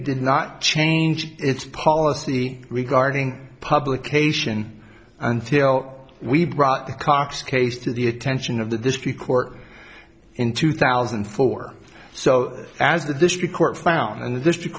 did not change its policy regarding publication until we brought the cox case to the attention of the district court in two thousand and four so as the district court found and the district